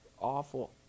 awful